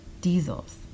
diesels